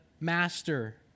master